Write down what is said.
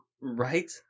Right